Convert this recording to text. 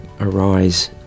arise